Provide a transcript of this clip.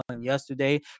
yesterday